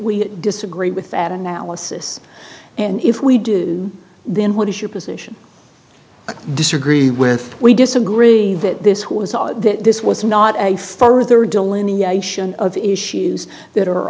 we disagree with that analysis and if we do then what is your position i disagree with we disagree that this was that this was not a further delineation of issues that are